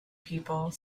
people